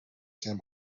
tim